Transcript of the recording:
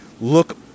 look